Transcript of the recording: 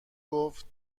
گفت